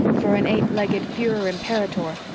for an eight-legged fuhrer-imperator.